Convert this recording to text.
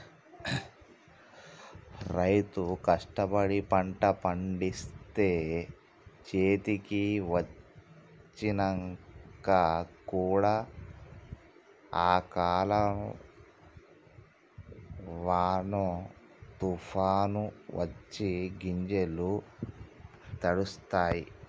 రైతు కష్టపడి పంట పండిస్తే చేతికి వచ్చినంక కూడా అకాల వానో తుఫానొ వచ్చి గింజలు తడుస్తాయ్